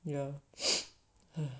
ya